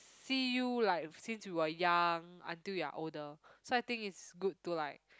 see you like since you were young until you're older so I think is good to like